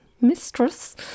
mistress